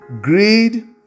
Greed